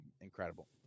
incredible